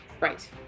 Right